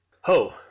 Ho